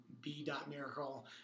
B.Miracle